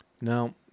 Now